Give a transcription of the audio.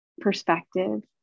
perspective